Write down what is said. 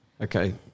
Okay